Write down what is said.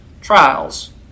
trials